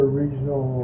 regional